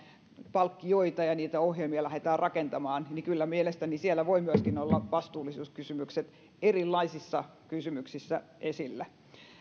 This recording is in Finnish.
palkkioita ja ohjelmia lähdetään rakentamaan niin kyllä mielestäni siellä voivat olla myöskin vastuullisuuskysymykset erilaisissa kysymyksissä esillä